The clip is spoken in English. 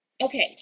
Okay